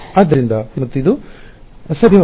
ಆದ್ದರಿಂದ ಇದು ಉತ್ತಮವಾಗಿದೆ ಮತ್ತು ಇದು ಸಾಮಾನ್ಯ ವಿಧಾನ